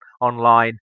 online